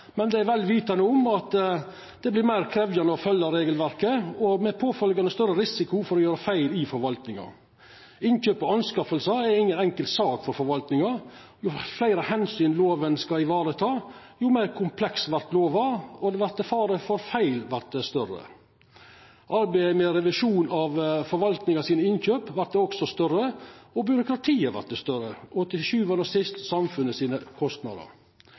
men er vel vitande om at det vert meir krevjande å følgja regelverket med tilsvarande større risiko for å gjera feil i forvaltninga. Innkjøp er inga enkel sak for forvaltninga. Di fleire omsyn lova skal vareta, di meir kompleks vert lova, og faren for feil vert større. Arbeidet med revisjon av innkjøpa til forvaltninga vert større, og byråkratiet vert større. Til sjuande og sist vert samfunnet sine kostnader